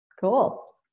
Cool